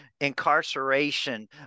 incarceration